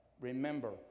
Remember